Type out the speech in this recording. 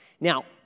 Now